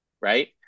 Right